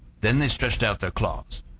then they stretched out their claws.